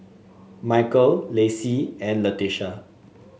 Michael Lacey and Leticia